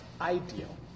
ideal